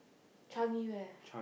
tell me where